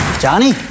Johnny